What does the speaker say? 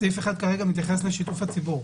סעיף 1 מתייחס לשיתוף הציבור.